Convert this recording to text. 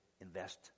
invest